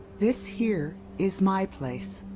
this here is my place.